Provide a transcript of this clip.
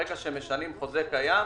ברגע שמשנים חוזה קיים,